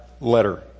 letter